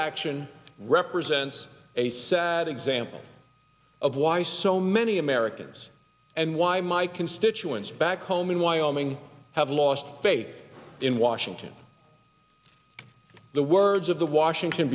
action represents a sad example of why so many americans and why mike constituents back home in wyoming have lost faith in washington the words of the washington